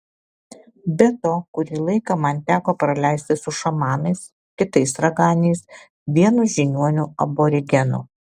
be to kurį laiką man teko praleisti su šamanais kitais raganiais vienu žiniuoniu aborigenu